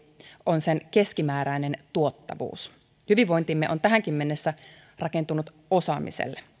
on sen keskimääräinen tuottavuus hyvinvointimme on tähänkin mennessä rakentunut osaamiselle